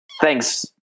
thanks